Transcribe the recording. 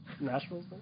Nashville